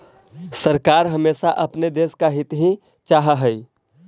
सरकार हमेशा अपने देश का हित ही चाहा हई